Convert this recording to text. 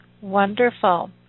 Wonderful